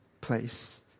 place